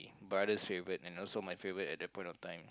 brother's favorite and also my favorite at that point of time